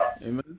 amen